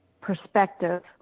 perspective